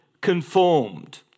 conformed